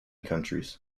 countries